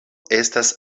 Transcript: estas